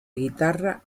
guitarra